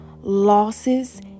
losses